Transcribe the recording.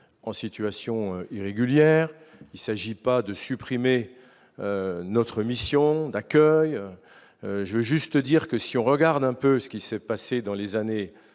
en situation irrégulière, il s'agit pas de supprimer notre mission d'accueil, je veux juste dire que si on regarde un peu ce qui s'est passé dans les années